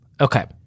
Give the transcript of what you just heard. Okay